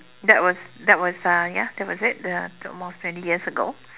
that was that was uh ya that was it uh almost twenty years ago